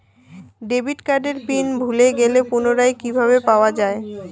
Debit কার্ডের PIN ভুলে গেলে পুনরায় কিভাবে পাওয়া য়ায়?